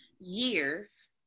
years